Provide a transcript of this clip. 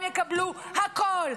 הם יקבלו הכול,